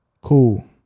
Cool